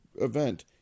event